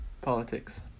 Politics